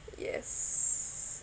yes